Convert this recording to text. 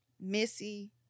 Missy